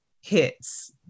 hits